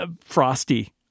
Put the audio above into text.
frosty